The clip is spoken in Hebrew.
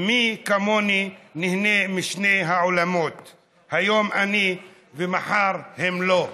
/ מי כמוני נהנה משני העולמות / היום אני ומחר הם לא."